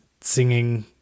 singing